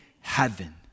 heaven